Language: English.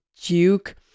Duke